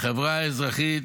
החברה האזרחית,